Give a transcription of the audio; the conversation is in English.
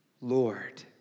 Lord